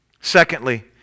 Secondly